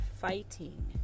fighting